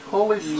Holy